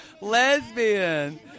lesbian